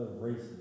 races